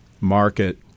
market